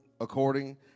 according